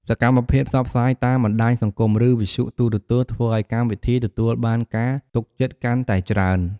សកម្មភាពផ្សព្វផ្សាយតាមបណ្ដាញសង្គម ឬវិទ្យុទូរទស្សន៍ធ្វើឲ្យកម្មវិធីទទួលបានការទុកចិត្តកាន់តែច្រើន។